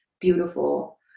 beautiful